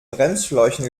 bremsschläuchen